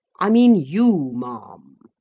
i mean you, ma'am.